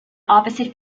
opposite